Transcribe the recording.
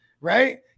right